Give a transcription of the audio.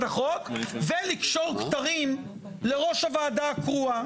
החוק ולקשור כתרים לראש הוועדה הקרואה.